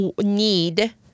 need